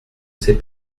ces